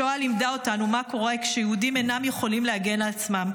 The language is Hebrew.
השואה לימדה אותנו מה קורה כשיהודים אינם יכולים להגן על עצמם.